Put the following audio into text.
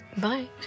Bye